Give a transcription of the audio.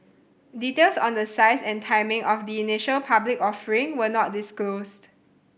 details on the size and timing of the initial public offering were not disclosed